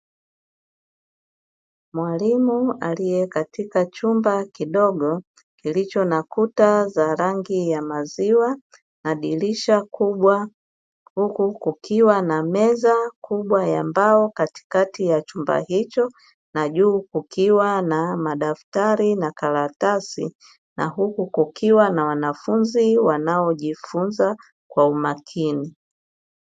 Mwalimu aliye katika chumba kidogo, kilicho na kuta za rangi ya maziwa na dirisha kubwa. Huku kukiwa na meza kubwa ya mbao katikati ya chumba hicho, na juu kukiwa na madaftari, na karatasi na huku kukiwa na wanafunzi wanaojifunza kwa umakini.